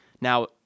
now